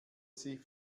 sie